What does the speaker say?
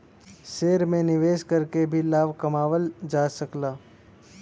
share में निवेश करके भी लाभ कमावल जा सकला